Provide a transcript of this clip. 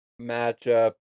matchup